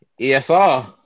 ESR